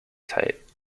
tape